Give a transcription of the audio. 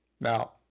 Now